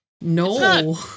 no